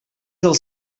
del